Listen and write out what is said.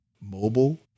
mobile